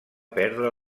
perdre